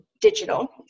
digital